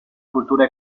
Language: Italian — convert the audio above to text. cultura